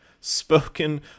spoken